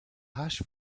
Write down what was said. hash